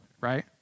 right